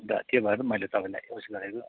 अन्त त्यो भएर त मैले तपाईँलाई मैले उयो गरेको